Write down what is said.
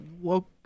woke